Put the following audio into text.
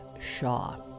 Shaw